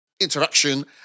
interaction